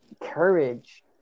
courage